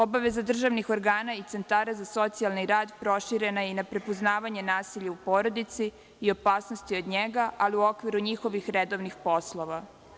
Obaveza državnih organa i centara za socijalni rad proširena je i na prepoznavanje nasilja u porodici i opasnosti od njega, ali u okviru njihovih redovnih poslova.